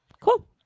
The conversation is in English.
cool